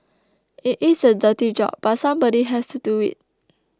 it is a dirty job but somebody has to do it